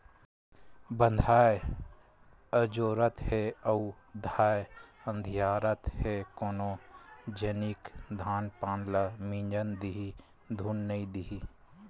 बंधाए अजोरत हे अउ धाय अधियारत हे कोन जनिक धान पान ल मिजन दिही धुन नइ देही